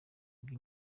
ibyo